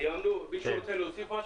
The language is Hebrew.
מישהו רוצה להוסיף משהו?